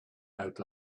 out